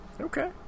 Okay